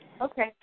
Okay